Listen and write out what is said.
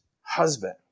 husband